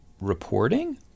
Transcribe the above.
reporting